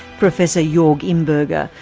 professor jorg imberger,